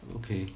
okay